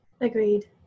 Agreed